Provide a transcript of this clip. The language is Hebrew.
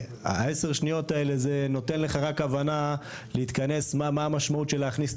עשר השניות האלה נותנים לך רק הבנה להתכנס מה המשמעות של להכניס את